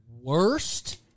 worst